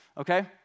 Okay